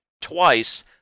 twice